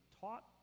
taught